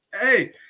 Hey